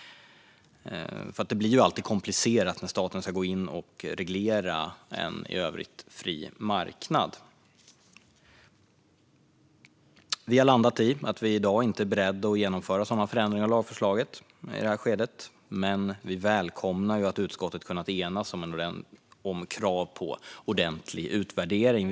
Det blir nämligen alltid komplicerat när staten ska gå in och reglera en i övrigt fri marknad. Vi har landat i att vi inte är beredda att genomföra sådana förändringar av lagförslaget i detta skede, men vi välkomnar att utskottet har kunnat enas om krav på en ordentlig utvärdering.